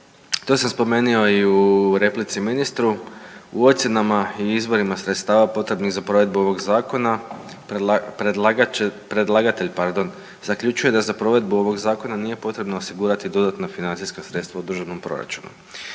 to sam spomenuo i u replici ministru, u ocjenama i izvorima sredstava potrebnih za provedbu ovog zakona predlagatelj, pardon, zaključuje da za provedbu ovog zakona nije potrebno osigurati dodatna financijska sredstva u državnom proračunu.